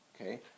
okay